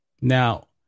Now